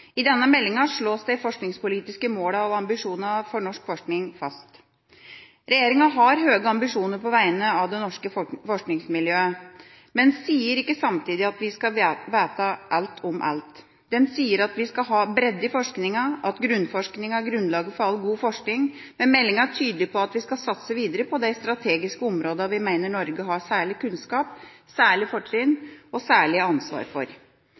I denne meldinga slås de forskningspolitiske målene og ambisjonene for norsk forskning fast. Regjeringa har høye ambisjoner på vegne av det norske forskningsmiljøet, men sier ikke samtidig at vi skal vite alt om alt. Den sier at vi skal ha bredde i forskninga, at grunnforskning er grunnlaget for all god forskning, men meldinga er tydelig på at vi skal satse videre på de strategiske områdene der vi mener Norge har særlig kunnskap, særlige fortrinn og særlig ansvar.